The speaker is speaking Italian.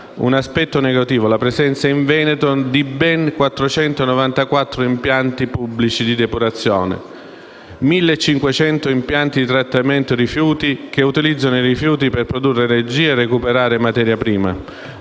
un aspetto negativo la presenza in Veneto di ben 494 impianti pubblici di depurazione, di 1.500 impianti di trattamento dei rifiuti che utilizzano questi ultimi per produrre energia e recuperare materia prima,